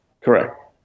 Correct